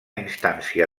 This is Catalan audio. instància